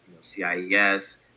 CIES